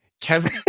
Kevin